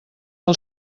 del